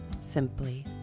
Simply